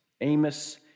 Amos